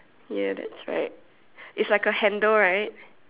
ya that's right it's like a handle right